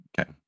Okay